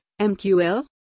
MQL